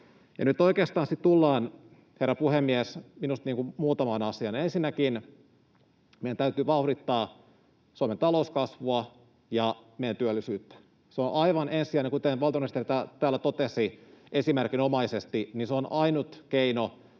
oikeastaan sitten tullaan, herra puhemies, muutamaan asiaan. Ensinnäkin meidän täytyy vauhdittaa Suomen talouskasvua ja meidän työllisyyttä. Se on aivan ensisijaista — kuten valtiovarainministeri täällä totesi esimerkinomaisesti, se on ainut keino